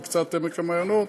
וקצת בעמק המעיינות,